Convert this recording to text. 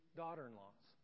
daughter-in-laws